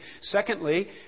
Secondly